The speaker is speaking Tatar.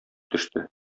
төште